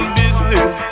business